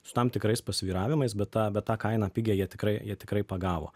su tam tikrais pasvyravimais bet tą bet tą kainą pigią jie tikrai jie tikrai pagavo